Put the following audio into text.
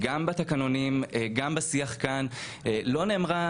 גם בתקנונים וגם בשיח כאן לא נאמרה